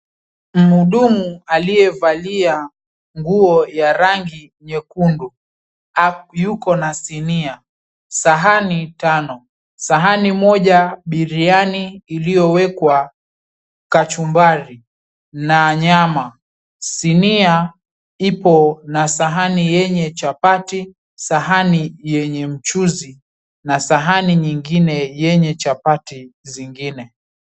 Mhudumu alievalia nguo ya rangi nyekundu yuko na sinia, sahani tano. Sahani moja biriyani iliyowekwa kachumbari na nyama. Sinia ipo na sahani yenye chapati , sahani yenye mchuuzi na sahani nyingine yenye chapati zingine.